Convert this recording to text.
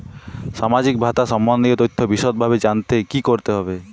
সামাজিক ভাতা সম্বন্ধীয় তথ্য বিষদভাবে জানতে কী করতে হবে?